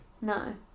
No